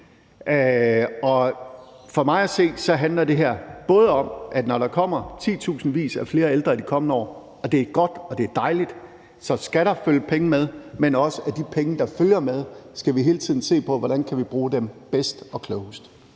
for mig at se handler det her jo om, at når der kommer titusindvis af flere ældre i de kommende år – og det er godt, og det er dejligt – så skal der følge penge med, men også om, at de penge, der følger med, skal vi hele tiden se på hvordan vi kan bruge bedst og klogest.